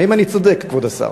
האם אני צודק, כבוד השר?